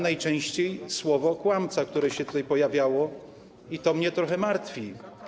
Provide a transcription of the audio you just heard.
Najczęściej słyszałem słowo „kłamca”, które się tutaj pojawiało, i to mnie trochę martwi.